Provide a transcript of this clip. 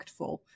impactful